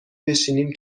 بشینیم